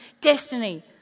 destiny